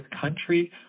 country